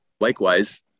likewise